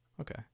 okay